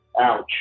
Ouch